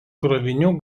krovinių